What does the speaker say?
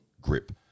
grip